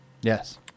Yes